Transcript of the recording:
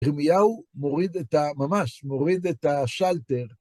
ירמיהו מוריד את ה... ממש, מוריד את השלטר.